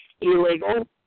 illegal